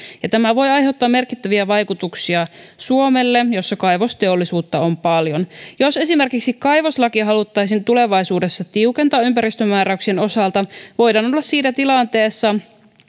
ja tämä voi aiheuttaa merkittäviä vaikutuksia suomelle jossa kaivosteollisuutta on paljon jos esimerkiksi kaivoslakia haluttaisiin tulevaisuudessa tiukentaa ympäristömääräyksien osalta voidaan olla siinä tilanteessa